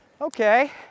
Okay